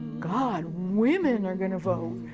god women are going to vote,